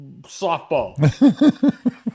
softball